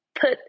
put